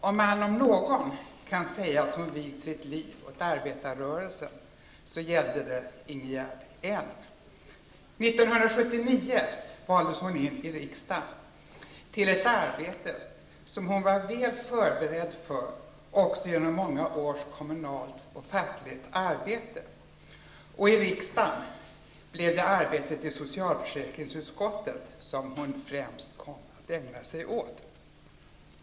Om man om någon kan säga att hon vigt sitt liv åt arbetarrörelsen så gäller det Ingegerd 1979 valdes hon in i riksdagen till ett arbete som hon var väl förberedd för också genom många års kommunalt och fackligt arbete. I riksdagen blev det arbetet i socialförsäkringsutskottet som hon främst kom att ägna sig åt.